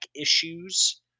issues